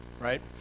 right